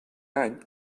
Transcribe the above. any